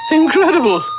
incredible